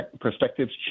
perspectives